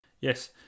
Yes